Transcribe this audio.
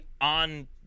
on